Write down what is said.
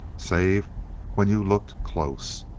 save when you looked close.